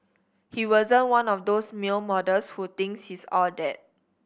he wasn't one of those male models who thinks he's all that